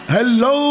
Hello